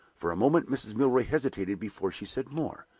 for a moment mrs. milroy hesitated before she said more.